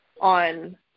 on